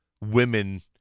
women